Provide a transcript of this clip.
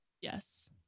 Yes